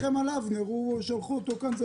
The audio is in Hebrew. אני מרחם עליו, שלחו אותו לכאן.